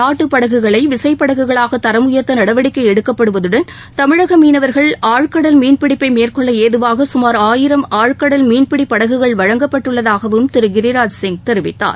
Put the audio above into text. நாட்டுப் படகுகளை விசைப்படகுகளாக தரம் உயர்த்த நடவடிக்கை எடுக்கப்படுவதுடன் தமிழக மீனவர்கள் ஆழ்கடல் மீன்பிடிப்பை மேற்கொள்ள ஏதுவாக சுமார் ஆயிரம் ஆழ்கடல் மீன்பிடி படகுகள் வழங்கப்பட்டுள்ளதாகவும் திரு கிரிராஜ் சிங் தெரிவித்தார்